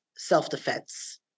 self-defense